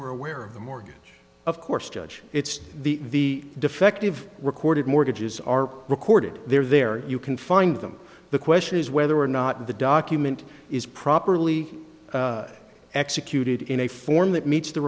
are aware of the mortgage of course judge it's the defective recorded mortgages are recorded they're there you can find them the question is whether or not the document is properly executed in a form that meets the